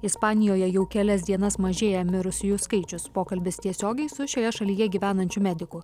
ispanijoje jau kelias dienas mažėja mirusiųjų skaičius pokalbis tiesiogiai su šioje šalyje gyvenančiu mediku